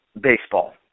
Baseball